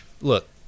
Look